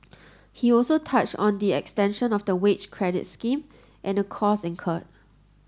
he also touched on the extension of the wage credit scheme and the costs incurred